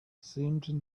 seemed